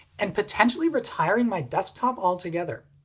and potentially retiring my desktop altogether.